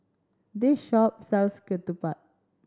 this shop sells ketupat